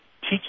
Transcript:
Teach